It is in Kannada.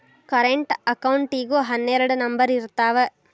ಕರೆಂಟ್ ಅಕೌಂಟಿಗೂ ಹನ್ನೆರಡ್ ನಂಬರ್ ಇರ್ತಾವ